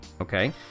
Okay